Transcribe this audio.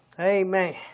Amen